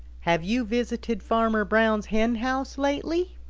have you visited farmer brown's hen house lately?